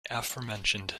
aforementioned